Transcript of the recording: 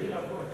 אני מכיר הכול,